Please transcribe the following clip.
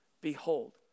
Behold